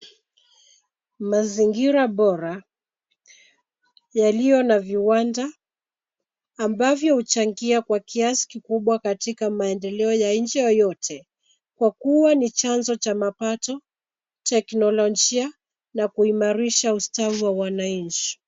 Mazingira bora yaliyo na viwanda ambavyo huchangia kwa kiasi kikubwa katika maendeleo ya nchi yoyote kwa kuwa ni chanzo cha mapato, teknolojia na kuimarisha ustawi wa wananchi.